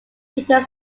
peter